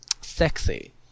sexy